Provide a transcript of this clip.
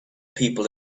people